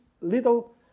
little